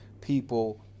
people